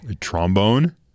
trombone